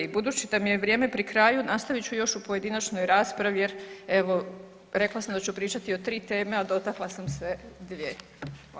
Budući da mi je vrijeme pri kraju nastavit ću još u pojedinačnoj raspravi jer evo rekla sam da ću pričati o tri teme a dotakla sam se dvije.